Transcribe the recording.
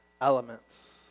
elements